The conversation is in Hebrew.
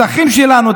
את האחים שלנו,